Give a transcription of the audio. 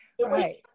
right